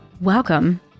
Welcome